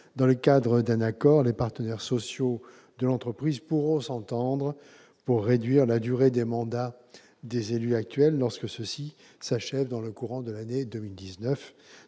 Dans le cadre d'un accord, les partenaires sociaux de l'entreprise pourront s'entendre pour réduire la durée des mandats des élus actuels lorsque ceux-ci s'achèvent dans le courant de l'année 2019.